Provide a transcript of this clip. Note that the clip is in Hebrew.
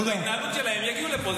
לא, בהתנהלות שלהם הם יגיעו לפה.